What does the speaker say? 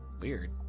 Weird